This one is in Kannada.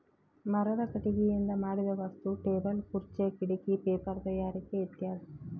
ಮರದ ಕಟಗಿಯಿಂದ ಮಾಡಿದ ವಸ್ತು ಟೇಬಲ್ ಖುರ್ಚೆ ಕಿಡಕಿ ಪೇಪರ ತಯಾರಿಕೆ ಇತ್ಯಾದಿ